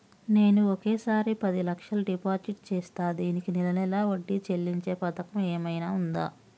నేను ఒకేసారి పది లక్షలు డిపాజిట్ చేస్తా దీనికి నెల నెల వడ్డీ చెల్లించే పథకం ఏమైనుందా?